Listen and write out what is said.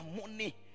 money